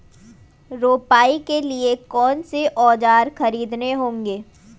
रोपाई के लिए कौन से औज़ार खरीदने होंगे?